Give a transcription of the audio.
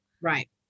Right